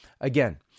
Again